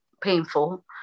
painful